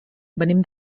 venim